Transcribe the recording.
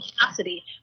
capacity